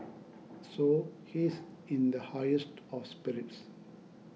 so he's in the highest of spirits